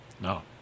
No